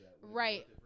Right